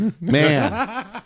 man